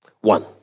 One